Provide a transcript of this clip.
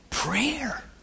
prayer